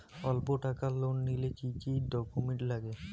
অল্প টাকার লোন নিলে কি কি ডকুমেন্ট লাগে?